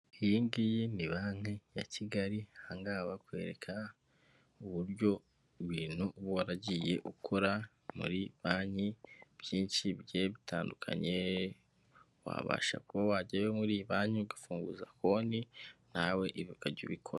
Iyi ngiyi ni banki ya Kigali aha ngaha baba bakwereka uburyo ibintu uba waragiye ukora muri banki byinshi bigiye bitandukanye, wabasha kuba wajyayo muri iyi banki ugafunguza konti nawe ukajya ubikora.